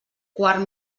quart